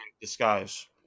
disguise